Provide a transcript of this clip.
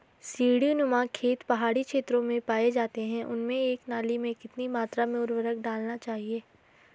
सीड़ी नुमा खेत पहाड़ी क्षेत्रों में पाए जाते हैं उनमें एक नाली में कितनी मात्रा में उर्वरक डालना चाहिए?